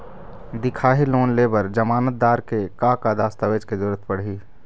दिखाही लोन ले बर जमानतदार के का का दस्तावेज के जरूरत पड़ही?